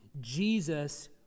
Jesus